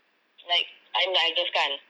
like I'm the eldest kan